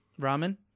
Ramen